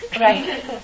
Right